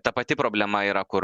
ta pati problema yra kur